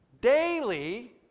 Daily